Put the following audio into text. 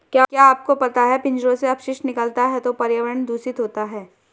क्या आपको पता है पिंजरों से अपशिष्ट निकलता है तो पर्यावरण दूषित होता है?